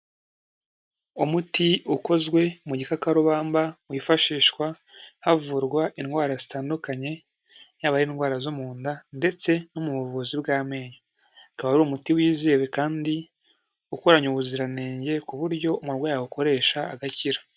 Umuti ukozwe mu gikakarubamba, wifashishwa havurwa indwara zitandukanye, yaba ari indwara zo mu nda ndetse no mu buvuzi bw'amenyo. Akaba ari umuti wizewe kandi ukoranye ubuziranenge ku buryo umurwayi yawukoresha agakira.